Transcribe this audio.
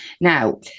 Now